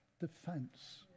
defense